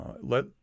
Let